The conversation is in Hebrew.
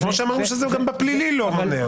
אמרנו שזה גם בפלילי לא מונע.